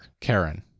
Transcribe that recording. Karen